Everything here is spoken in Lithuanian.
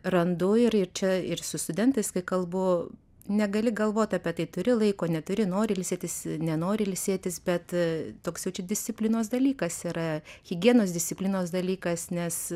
randu ir čia ir su studentais kai kalbu negali galvot apie tai turi laiko neturi nori ilsėtis nenori ilsėtis bet toks jau čia disciplinos dalykas yra higienos disciplinos dalykas nes